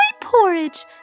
porridge